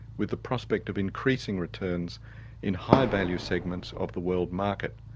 with the prospect of increasing returns in high value segments of the world market.